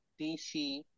DC